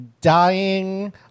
dying